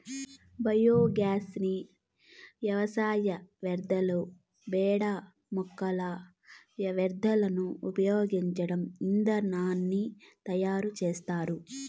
biogas ని వ్యవసాయ వ్యర్థాలు, పేడ, మొక్కల వ్యర్థాలను ఉపయోగించి ఇంధనాన్ని తయారు చేత్తారు